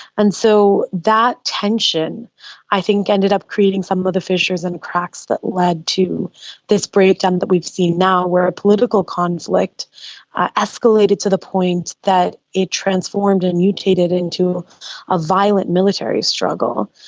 and so that tension i think ended up creating some of the fissures and cracks that led to this breakdown that we've seen now where ah political conflict escalated to the point that it transformed and mutated into a violent military struggle.